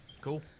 cool